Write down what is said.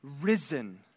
risen